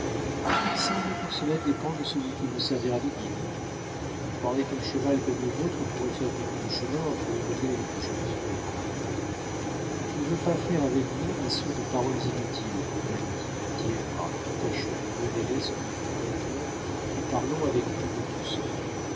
il semble que cela dépend de celui qui vous servira de guide on croirait qu'un cheval comme le vôtre pourrait faire beaucoup de chemin entre le lever et le coucher du soleil je ne veux pas faire avec vous assaut de paroles inutiles l'ami dit heyward tâchant de modérer son mécontentement et parlant avec plus de douceur